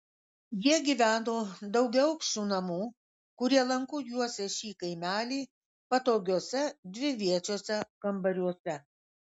jie gyveno daugiaaukščių namų kurie lanku juosė šį kaimelį patogiuose dviviečiuose kambariuose